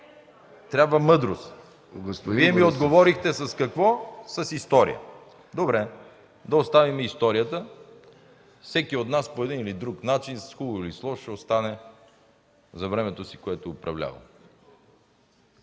трябва мъдрост и Вие ми отговорихте, с какво? С история! Добре, да оставим историята, всеки от нас по един или друг начин, с хубаво или с лошо ще остане за времето, в което е управлявал.